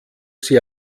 sie